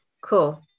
cool